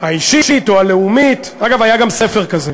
האישית או הלאומית, אגב, היה גם ספר כזה,